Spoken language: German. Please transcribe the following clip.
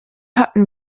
hatten